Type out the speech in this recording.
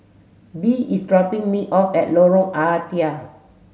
Bee is dropping me off at Lorong Ah Thia